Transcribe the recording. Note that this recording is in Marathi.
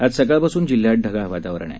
आज सकाळपासून जिल्ह्यात ढगाळ वातावरण आहे